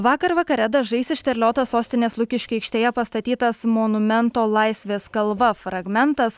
vakar vakare dažais išterliotas sostinės lukiškių aikštėje pastatytas monumento laisvės kalva fragmentas